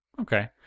Okay